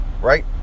right